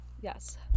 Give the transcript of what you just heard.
Yes